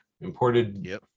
Imported